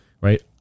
right